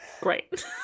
Great